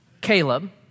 Caleb